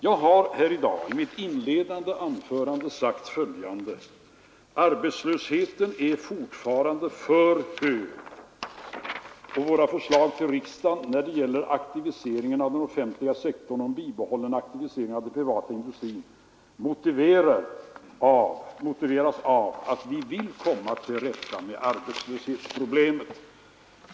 Jag har i dag i mitt inledande anförande sagt att arbetslösheten fortfarande är för hög och att våra förslag till riksdagen när det gäller aktiveringen av den offentliga sektorn och en bibehållen aktivering av den privata industrin motiveras av att vi vill komma till rätta med arbetslöshetsproblemet.